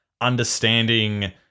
understanding